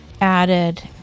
added